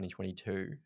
2022